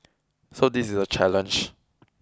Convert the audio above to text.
so this is a challenge